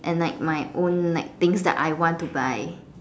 and like my own like things that I want to buy